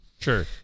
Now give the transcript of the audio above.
Sure